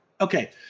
Okay